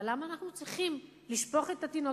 אבל למה אנחנו צריכים לשפוך את התינוק